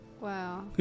Wow